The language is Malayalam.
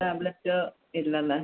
ടാബ്ലെറ്റോ ഇല്ല അല്ലേ